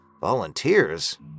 Volunteers